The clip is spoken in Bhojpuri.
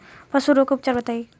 पशु रोग के उपचार बताई?